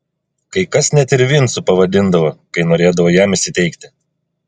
kai kas net ir vincu pavadindavo kai norėdavo jam įsiteikti